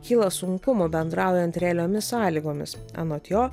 kyla sunkumų bendraujant realiomis sąlygomis anot jo